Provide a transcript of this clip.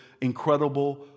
incredible